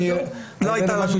אבל לא הייתה לנו דוגמה טובה.